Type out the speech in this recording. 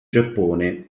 giappone